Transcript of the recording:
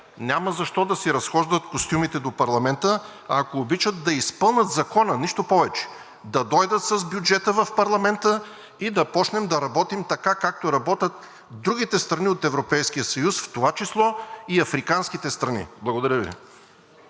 Няма защо да си разхождат костюмите до парламента. Ако обичат, да изпълнят закона. Нищо повече! Да дойдат с бюджета в парламента и да започнем да работим, така както работят другите страни от Европейския съюз, в това число и африканските страни. Благодаря Ви.